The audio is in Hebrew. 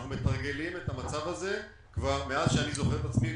אנחנו מתרגלים את המצב הזה כבר מאז שאני זוכר את עצמי,